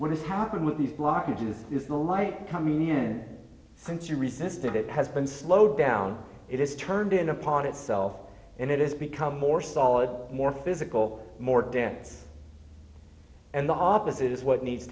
has happened with these blockages is the light coming in and since you resisted it has been slowed down it is turned in upon itself and it is become more solid more physical more dense and the opposite is what needs